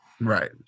Right